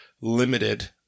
limited